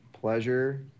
pleasure